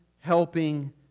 helping